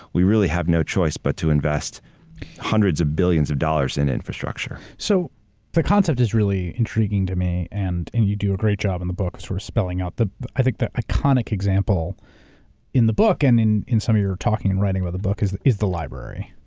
we really have no choice but to invest hundreds of billions of dollars in infrastructure. so the concept is really intriguing to me. and and you do a great job in the book, sort of spelling out. i think the iconic example in the book and in in some of your talking and writing with the book is is the library.